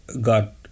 got